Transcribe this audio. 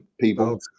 people